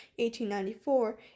1894